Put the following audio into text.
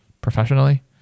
professionally